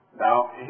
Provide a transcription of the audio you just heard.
Now